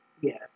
Yes